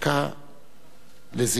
דקה לזכרו.